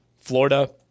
Florida